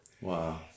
Wow